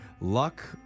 luck